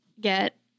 get